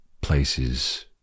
places